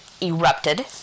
erupted